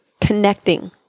connecting